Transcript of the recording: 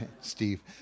Steve